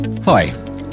Hi